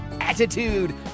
attitude